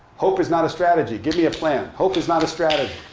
hope is not a strategy. give me a plan. hope is not a strategy.